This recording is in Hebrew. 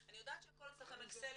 אני יודעת שהכל אצלכם אקסלים ומחושב,